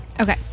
Okay